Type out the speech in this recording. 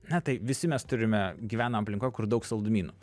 ane tai visi mes turime gyvenam aplinkoj kur daug saldumynų